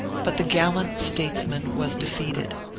but the gallant states man was defeated.